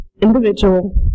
individual